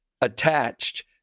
attached